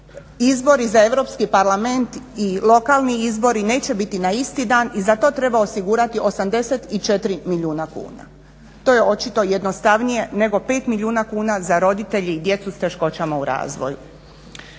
izbori za Europski parlament i lokalni izbori neće biti na isti dan i za to treba osigurati 84 milijuna kuna. To je očito jednostavnije nego 5 milijuna kuna za roditelje i djecu s teškoćama u razvoju.